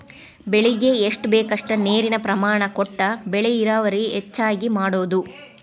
ಬೆಳಿಗೆ ಎಷ್ಟ ಬೇಕಷ್ಟ ನೇರಿನ ಪ್ರಮಾಣ ಕೊಟ್ಟ ಬೆಳಿ ಇಳುವರಿ ಹೆಚ್ಚಗಿ ಮಾಡುದು